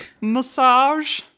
Massage